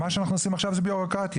מה שאנחנו עושים עכשיו זה בירוקרטיה,